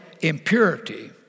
impurity